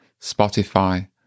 Spotify